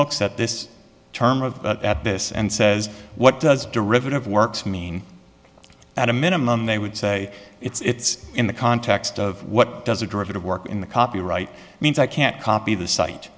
looks at this term of at this and says what does derivative works mean at a minimum they would say it's in the context of what does a derivative work in the copyright means i can't copy the site